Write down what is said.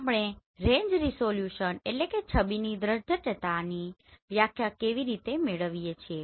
આપણે રેંજ રીઝોલ્યુશનResolutionછબીની દ્દ્રઢઢતા ની વ્યાખ્યા કેવી રીતે મેળવીએ છીએ